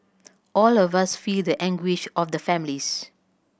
all of us feel the anguish of the families